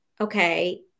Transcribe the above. okay